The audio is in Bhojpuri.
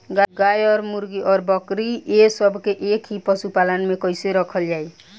गाय और मुर्गी और बकरी ये सब के एक ही पशुपालन में कइसे रखल जाई?